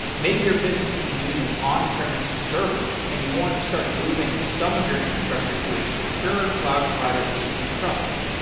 maybe your business had been using on-premise servers and you want to start moving some of your infrastructure to a secure cloud provider that you can trust.